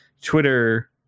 Twitter